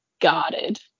guarded